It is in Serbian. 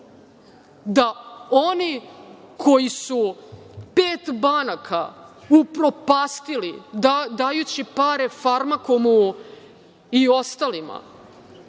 koji su pet banaka upropastili dajući pare „Farmakomu“ i ostalima,